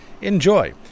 Enjoy